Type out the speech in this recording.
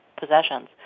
possessions